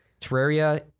Terraria